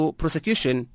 prosecution